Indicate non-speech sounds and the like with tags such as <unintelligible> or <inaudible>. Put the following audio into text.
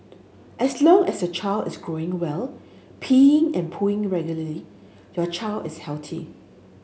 as long as your child is growing well peeing and pooing regularly your child is <unintelligible>